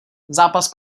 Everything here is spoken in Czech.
zápas